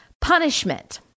punishment